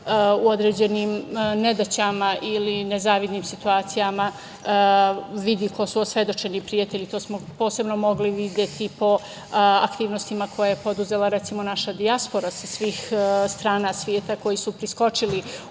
u određenim nedaćama ili nezavidnim situacijama vidi ko su osvedočeni prijatelji. To smo posebno mogli videti po aktivnostima koje je preduzela, recimo, naša dijaspora sa svih strana sveta koji su priskočili u